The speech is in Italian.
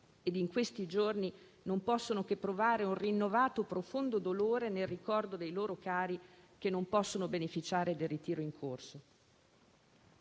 in questi giorni non possono che provare un rinnovato profondo dolore nel ricordo dei loro cari che non possono beneficiare del ritiro in corso.